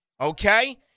okay